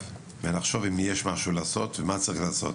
ונחשוב אם יש משהו לעשות ומה צריך לעשות.